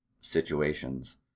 situations